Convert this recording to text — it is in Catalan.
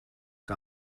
que